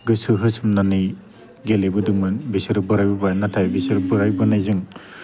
गोसो होसोमनानै गेलेबोदोंमोन बिसोरो बोरायबोबाय नाथाय बिसोर बोराइबोनायजों